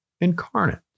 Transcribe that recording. incarnate